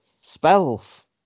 Spells